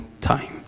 time